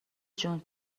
جون